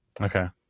Okay